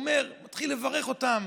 הוא מתחיל לברך אותם: